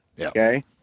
Okay